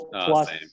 plus